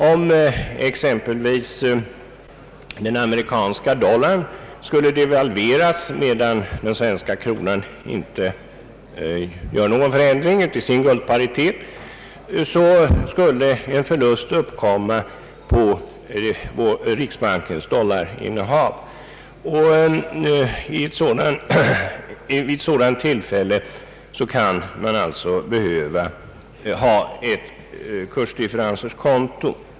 Om exempelvis den amerikanska dollarn skulle devalveras medan den svenska kronan inte genomgår någon förändring i sin guldparitet, så skulle en förlust uppkomma på riksbankens dollarinnehav. Vid ett sådant tillfälle kan man alltså behöva ha ett kursdifferenskonto.